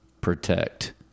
protect